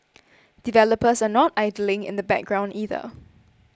developers are not idling in the background either